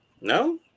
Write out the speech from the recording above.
No